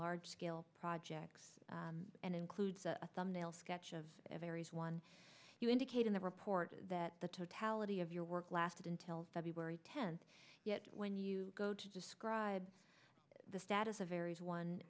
large scale projects and includes a thumbnail sketch of aries one you indicate in the report that the totality of your work lasted until february tenth yet when you go to describe the status of aries one